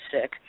sick